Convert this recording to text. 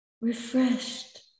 Refreshed